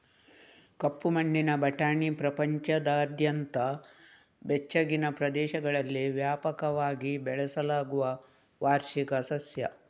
ಕಪ್ಪು ಕಣ್ಣಿನ ಬಟಾಣಿ ಪ್ರಪಂಚದಾದ್ಯಂತ ಬೆಚ್ಚಗಿನ ಪ್ರದೇಶಗಳಲ್ಲಿ ವ್ಯಾಪಕವಾಗಿ ಬೆಳೆಸಲಾಗುವ ವಾರ್ಷಿಕ ಸಸ್ಯ